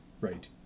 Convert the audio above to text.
Right